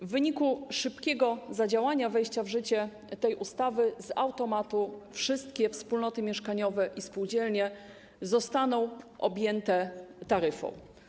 W wyniku szybkiego zadziałania, wejścia w życie tej ustawy z automatu wszystkie wspólnoty mieszkaniowe i spółdzielnie zostaną objęte taryfą.